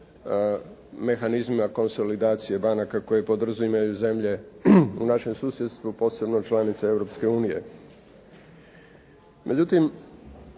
mehanizmima konsolidacije banaka koje poduzimaju zemlje u našem susjedstvu, posebno članice Europske